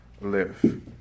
live